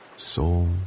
Soul